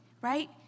right